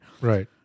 Right